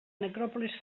necròpolis